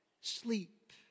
sleep